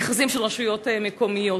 מכרזים של רשויות מקומיות.